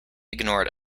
ignored